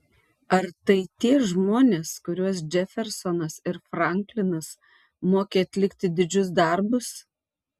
ar tai tie žmonės kuriuos džefersonas ir franklinas mokė atlikti didžius darbus